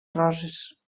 roses